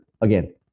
again